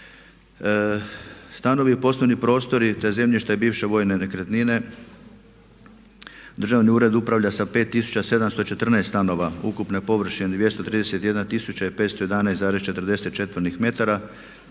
Stanovi, poslovni prostori, te zemljište bivše vojne nekretnine Državni ured upravlja sa 5714 stanova ukupne površine 231511,40 četvornih